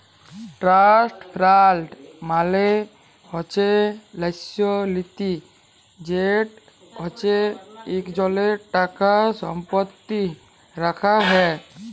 trust fund মালে হছে ল্যাস লিতি যেট হছে ইকজলের টাকা সম্পত্তি রাখা হ্যয়